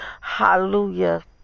Hallelujah